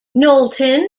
knowlton